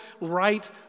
right